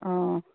অঁ